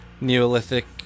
Neolithic